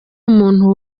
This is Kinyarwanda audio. umuntu